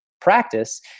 practice